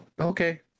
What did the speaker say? okay